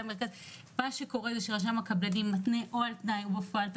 מה שקורה הוא שרשם הקבלנים מתנה או על תנאי או בפועל את